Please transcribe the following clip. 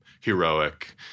heroic